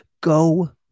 go